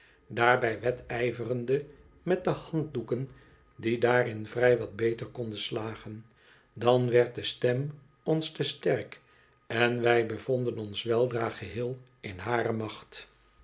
daarbij wedijverende met de handdoeken die daarin vrij wat beter konden slagen l dan werd de stem ons te sterk en wij bevonden ons weldra geheel in hare macht